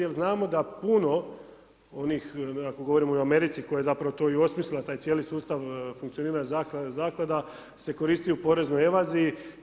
Jer znamo da puno, onih ako govorimo o Americi, koja je zapravo to i osmislila taj cijeli sustav funkcioniranje zaklada, zaklada se koristi u poreznoj evaziji.